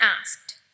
asked